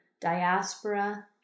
diaspora